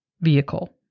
vehicle